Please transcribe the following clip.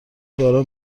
باران